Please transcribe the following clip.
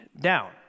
down